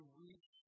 reach